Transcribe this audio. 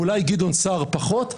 ואולי גדעון סער פחות,